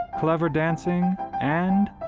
clever dancing and,